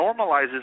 normalizes